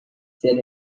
sit